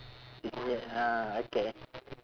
ah okay